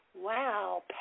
Wow